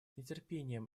нетерпением